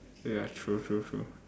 ya true true true